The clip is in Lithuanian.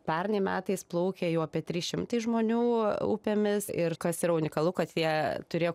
pernai metais plaukė jau apie trys šimtai žmonių upėmis ir kas yra unikalu kad jie turėjo